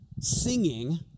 singing